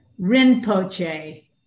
Rinpoche